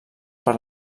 per